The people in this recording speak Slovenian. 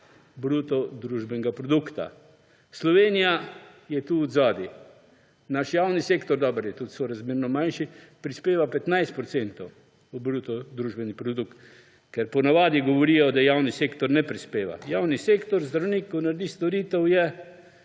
bruto družbenega produkta. Slovenija je tukaj odzadaj. Naš javni sektor – dobro, je tudi sorazmerno manjši – prispeva 15 procentov v BDP, ker ponavadi govorijo, da javni sektor ne prispeva. Javni sektor, zdravnik, ko naredi storitev, je